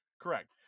Correct